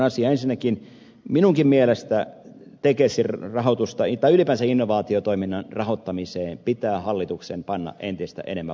ensinnäkin minunkin mielestäni tekesin rahoitukseen tai ylipäänsä innovaatiotoiminnan rahoittamiseen pitää hallituksen panna entistä enemmän voimavaroja